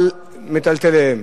על מיטלטליהן